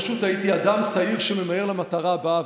פשוט הייתי אדם צעיר שממהר למטרה הבאה.